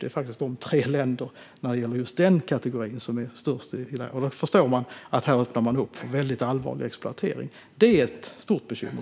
Det är faktiskt dessa tre länder som är störst när det gäller just denna kategori. Då förstår vi att det här öppnas upp för en mycket allvarlig exploatering. Det tycker jag är ett stort bekymmer.